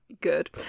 good